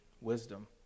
wisdom